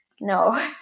no